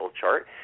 chart